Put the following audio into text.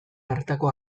hartako